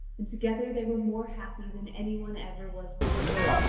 and together they were more happy than any one ever was before.